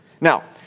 Now